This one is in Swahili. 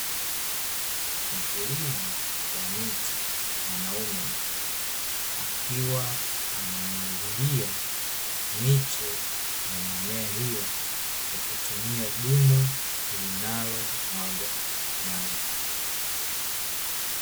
Mkulima wa miti mwanaume, akiwa anamwagilia miche ya mimea hiyo kwa kutumia Dumu linalo mwaga Maji.